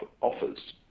offers